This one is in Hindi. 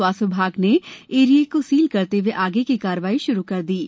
स्वास्थ्य विभाग ने एरिया को सील करते हए आगे की कार्रवाई श्रु कर दी है